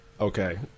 Okay